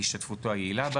להשתתפותו היעילה בה,